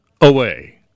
away